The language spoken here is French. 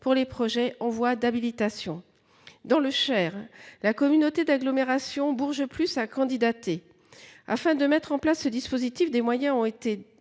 pour les projets en voie d’habilitation. Dans le Cher, la communauté d’agglomération Bourges Plus a déposé sa candidature. Afin de mettre en place ce dispositif, des moyens ont été